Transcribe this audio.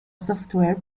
software